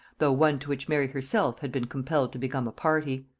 though one to which mary herself had been compelled to become a party.